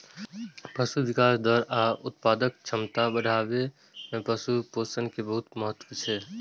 पशुक विकास दर आ उत्पादक क्षमता बढ़ाबै मे पशु पोषण के बहुत महत्व छै